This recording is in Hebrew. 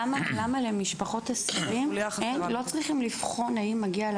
למה למשפחות אסירים צריך לבחון האם מגיעה